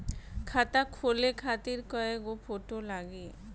खाता खोले खातिर कय गो फोटो लागी?